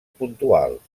puntuals